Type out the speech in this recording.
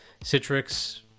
Citrix